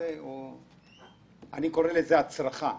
אני קורא לזה הצרחה,